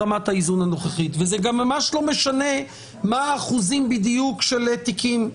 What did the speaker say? וזה גם ממש לא משנה מה האחוזים בדיוק של התיקים.